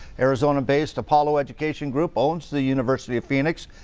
arizona based apollo education group owns the university of phoenix.